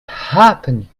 happen